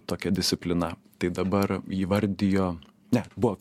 tokia disciplina tai dabar įvardijo ne buvo